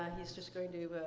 he's just going to